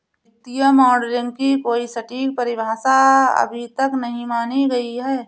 वित्तीय मॉडलिंग की कोई सटीक परिभाषा अभी तक नहीं मानी गयी है